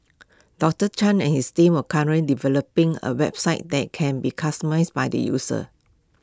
doctor chan and his team were currently developing A website that can be customised by the user